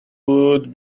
would